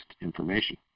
information